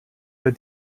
der